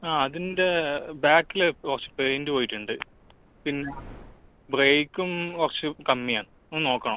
ആ അതിൻ്റെ ബേക്കിൽ കുറച്ച് പെയിൻറ്റ് പോയിട്ട് ഉണ്ട് പിന്നെ ബ്രേക്കും കുറച്ച് കമ്മിയാ ഒന്ന് നോക്കണം